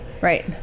Right